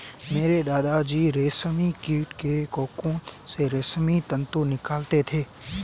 मेरे दादा जी रेशमी कीट के कोकून से रेशमी तंतु निकालते थे